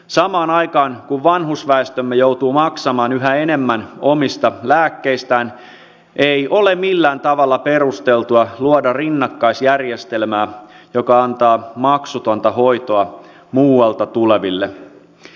samaan aikaan kun vanhusväestömme joutuu maksamaan yhä enemmän omista lääkkeistään ei ole millään tavalla perusteltua luoda rinnakkaisjärjestelmää joka antaa maksutonta hoitoa muualta tuleville